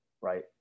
right